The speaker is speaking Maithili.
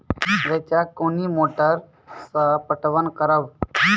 रेचा कोनी मोटर सऽ पटवन करव?